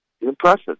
impressive